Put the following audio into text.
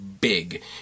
big